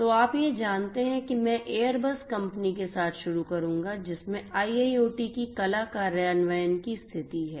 तो आप जानते हैं कि मैं एयरबस कंपनी के साथ शुरू करूंगा जिसमें IIoT की कला कार्यान्वयन की स्थिति है